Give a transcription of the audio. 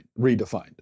redefined